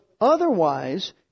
Otherwise